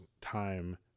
time